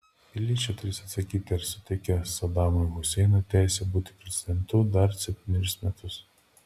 piliečiai turės atsakyti ar suteikia sadamui huseinui teisę būti prezidentu dar septynerius metus